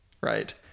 Right